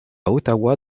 ottawa